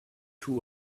two